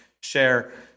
share